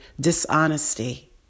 dishonesty